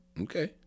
okay